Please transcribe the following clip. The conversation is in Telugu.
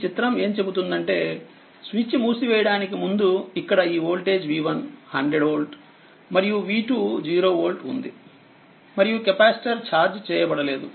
ఈ చిత్రం ఏం చెబుతుందంటే స్విచ్ మూసివేయడానికి ముందు ఇక్కడఈ వోల్టేజ్ v1 100వోల్ట్మరియు v20వోల్ట్ ఉంది మరియు కెపాసిటర్ ఛార్జ్ చేయబడలేదు